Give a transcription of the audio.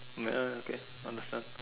I'm like uh okay understand